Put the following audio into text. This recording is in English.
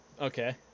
Okay